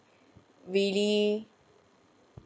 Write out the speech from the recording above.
really